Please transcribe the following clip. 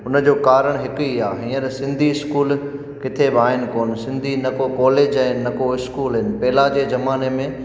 उन जो कारण हिकु ई आ्हे हींअर सिंधी स्कूल किते बि आहिनि कोनि सिंधी न को कॉलेज आहिनि न को स्कूल आहिनि पहिरियों जे ज़माने में